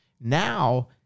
Now